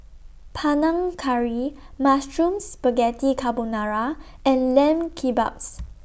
Panang Curry Mushroom Spaghetti Carbonara and Lamb Kebabs